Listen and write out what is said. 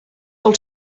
del